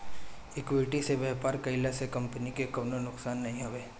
equity से व्यापार कईला से कंपनी के कवनो नुकसान नाइ हवे